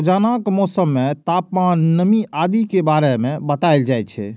रोजानाक मौसम मे तापमान, नमी आदि के बारे मे बताएल जाए छै